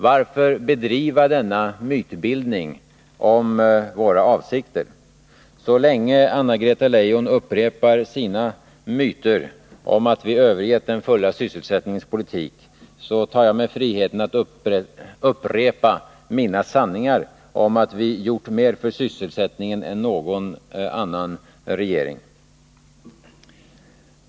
Varför bedriva denna mytbildning om våra avsikter? Så länge Anna-Greta Leijon upprepar sina myter om att vi övergett den fulla sysselsättningens politik tar jag mig friheten att upprepa mina sanningar om att vi gjort mer för sysselsättningen än någon annan regering.